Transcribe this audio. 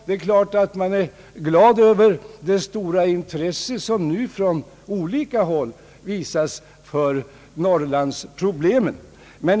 Det är klart att jag är glad över det stora intresse som nu från olika håll visas för mnorrlandsproblemen.